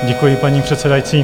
Děkuji, paní předsedající.